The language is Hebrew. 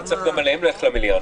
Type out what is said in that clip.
נצטרך גם עליהם ללכת למליאה,